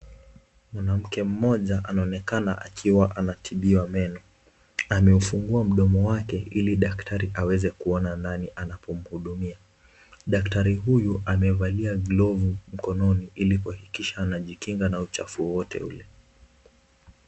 Mwanamke mmoja anaonekana akiwa anatibiwa meno, ameufungua mdomo wake ili daktari aweze kuona ndani anapomhudumia. Daktari huyu amevalia glovu mkononi ili kuhakikisha anajikinga na uchafu wowote ule.